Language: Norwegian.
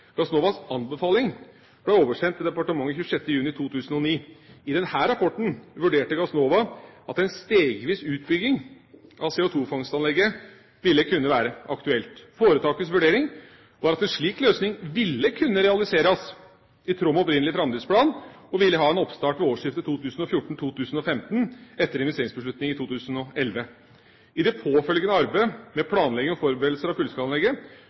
Gassnovas anbefaling ble oversendt departementet 26. juni 2009. I denne rapporten vurderte Gassnova at en stegvis utbygging av CO2-fangstanlegget ville kunne være aktuelt. Foretakets vurdering var at en slik løsning ville kunne realiseres i tråd med opprinnelig framdriftsplan og ville ha en oppstart ved årsskiftet 2014/2015 etter investeringsbeslutning i 2011. I det påfølgende arbeidet med planlegging og forberedelser av fullskalaanlegget